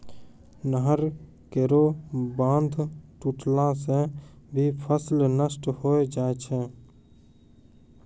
नहर केरो बांध टुटला सें भी फसल नष्ट होय जाय छै